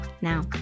now